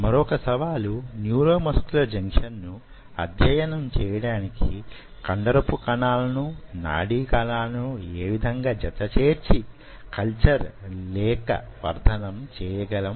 మరొక సవాలు - neuromuscular junction ను అధ్యయనం చేయడానికి కండరపు కణాలను నాడీ కణాలను యే విధంగా జత చేర్చి కల్చర్ లేక వర్ధనం చేయగలం